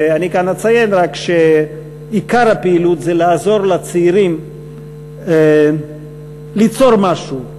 אני כאן אציין רק שעיקר הפעילות זה לעזור לצעירים ליצור משהו,